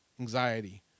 anxiety